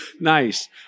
Nice